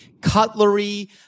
Cutlery